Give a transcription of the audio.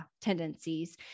tendencies